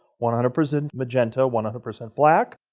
one hundred percent magenta, one hundred percent black.